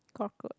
cockroach